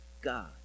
God